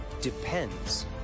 depends